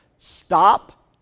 Stop